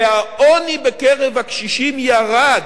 והעוני בקרב הקשישים ירד.